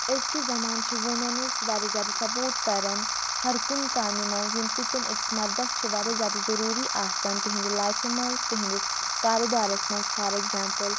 أزکِس زَمانہٕ چھِ ووٗمؠنٕز واریاہ زیادٕ سَپوٹ کَران ہر کُنہِ کامہِ منٛز ییٚمہِ سۭتۍ تِم أکِس مردَس چھِ واریاہ زیادٕ ضروٗری آسان تِہٕنٛزِ لایفہِ منٛز تِہنٛدِس کاروبارَس منٛز فار ایٚگزامپٕل